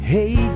Hey